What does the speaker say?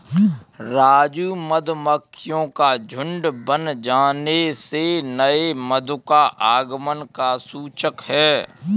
राजू मधुमक्खियों का झुंड बन जाने से नए मधु का आगमन का सूचक है